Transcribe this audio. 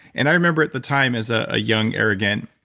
and i remember at the time as a young, arrogant,